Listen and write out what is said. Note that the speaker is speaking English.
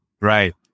Right